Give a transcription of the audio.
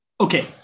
Okay